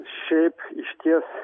šiaip išties